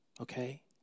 okay